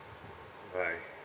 bye